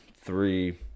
three